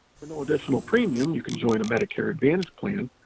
for no additional premium you can join a medicare advantage plan,